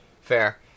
Fair